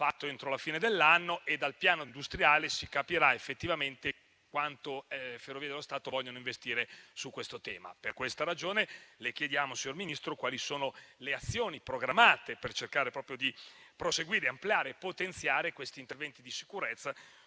fatto entro la fine dell'anno e dal piano industriale si capirà quanto effettivamente il gruppo Ferrovie dello Stato voglia investire su questo tema. Per questa ragione le chiediamo, signor Ministro, quali sono le azioni programmate per cercare di proseguire, ampliare e potenziare questi interventi di sicurezza,